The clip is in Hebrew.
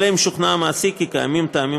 אלא אם כן שוכנע המעסיק כי קיימים טעמים